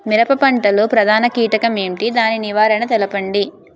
మిరప పంట లో ప్రధాన కీటకం ఏంటి? దాని నివారణ తెలపండి?